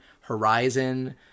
Horizon